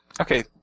Okay